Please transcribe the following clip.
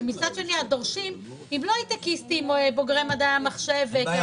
ומצד השני הדורשים הם לא הייטקיסטים או בוגרי מדעי המחשב וכאלה.